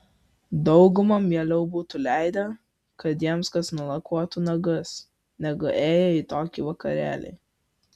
dauguma mieliau būtų leidę kad jiems kas nulakuotų nagus negu ėję į tokį vakarėlį